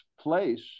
place